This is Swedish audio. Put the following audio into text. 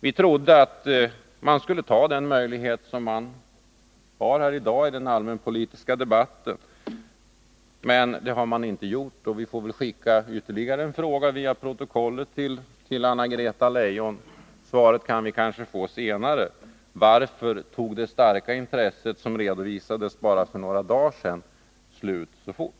Vi trodde att man skulle ta den möjlighet som man i dag har i den allmänpolitiska debatten, men det har man inte gjort. Vi får därför skicka ytterligare en fråga via protokollet till Anna-Greta Leijon — svaret kan vi kanske få senare: Varför tog det starka intresse som redovisades för bara några dagar sedan slut så fort?